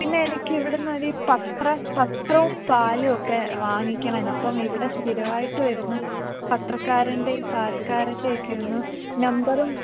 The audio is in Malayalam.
പിന്നെ എനിക്ക് ഇവിടുന്നൊരു പത്രം പത്രവും പാലോക്കെ വാങ്ങിക്കണമാരുന്നു അപ്പോൾ ഇവിടെ സ്ഥിരമായിട്ട് വരുന്ന പത്രക്കാരൻറ്റെയും പാൽക്കാരൻ്റെ ഒക്കെയൊന്ന് നമ്പറും